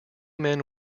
men